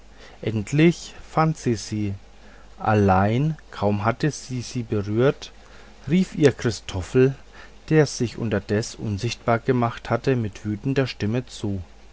endlich fand sie sie allein kaum hatte sie sie berührt rief ihr christoffel der sich unterdes unsichtbar gemacht hatte mit wütender stimme zu